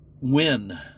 win